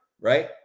right